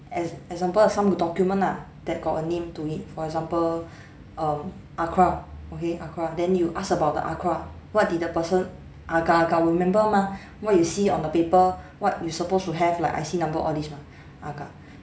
ex~ example the document ah that got a name to it for example um ACRA okay ACRA then you ask about the ACRA what did the person agak-agak remember mah what you see on the paper what you supposed to have like I_C number all these mah agak